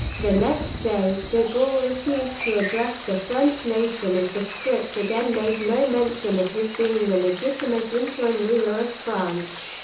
the next day, de gaulle refused to address the french nation as the script again made no mention of his being the legitimate interim ruler of france.